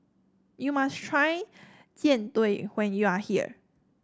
you must try Jian Dui when you are here